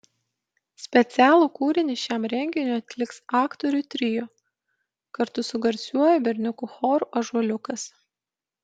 specialų kūrinį šiam renginiui atliks aktorių trio kartu su garsiuoju berniukų choru ąžuoliukas